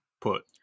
put